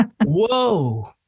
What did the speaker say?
whoa